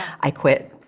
i quit.